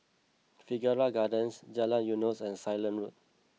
Figaro Gardens Jalan Eunos and Ceylon Road